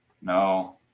No